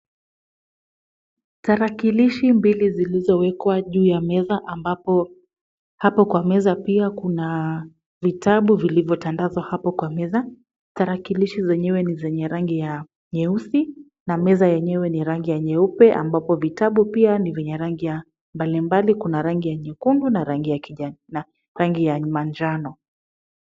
Tarakilishi mbili zilizowekwa juu ya meza ambapo hapo kwa meza pia kuna vitabu vilivyotandazwa hapo kwa meza. Tarakilishi zenyewe ni zenye rangi ya nyeusi na meza yenyewe ni rangi ya nyeupe ambapo vitabu pia ni ya rangi ya mbalimbali. Kuna rangi ya nyekundu na rangi ya manjano.